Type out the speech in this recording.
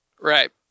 Right